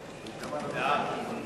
התאמת שטרי כסף ומעות לעיוורים),